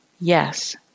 Yes